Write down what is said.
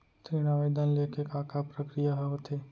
ऋण आवेदन ले के का का प्रक्रिया ह होथे?